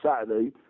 Saturday